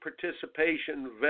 participation